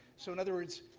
so in other words,